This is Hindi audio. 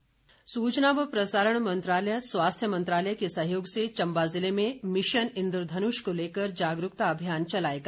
इन्द्रधन्ष सूचना व प्रसारण मंत्रालय स्वास्थ्य मंत्रालय के सहयोग से चम्बा जिले में मिशन इन्द्रधनुष को लेकर जागरूकता अभियान चलाएगा